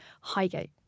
Highgate